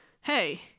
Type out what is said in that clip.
hey